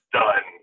done